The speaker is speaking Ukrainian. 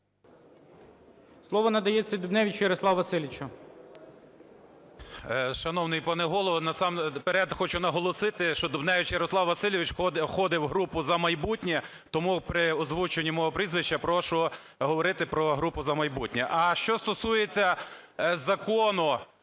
Слово надається Дубневичу Ярославу Васильовичу. 17:11:31 ДУБНЕВИЧ Я.В. Шановний пане Голово, насамперед хочу наголосити, що Дубневич Ярослав Васильович входить в групу "За майбутнє", тому при озвученні мого прізвища прошу говорити про групу "За майбутнє". А що стосується Закону